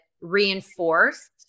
reinforced